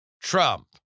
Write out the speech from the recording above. Trump